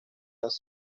las